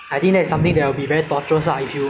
and number two you're just gonna torture yourself